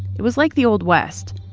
it was like the old west,